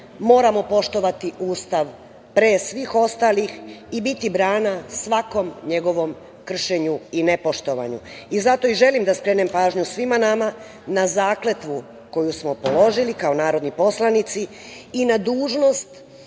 moramo poštovati Ustav pre svih ostalih i biti brana svakom njegovom kršenju i nepoštovanju. Zato i želim da skrenem pažnju svima nama na zakletvu koju smo položili kao narodni poslanici i na dužnost